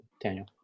daniel